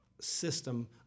system